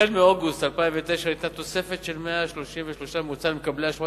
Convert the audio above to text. מאוגוסט 2009 היתה תוספת של 133 ש"ח בממוצע למקבלי הבטחת